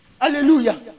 hallelujah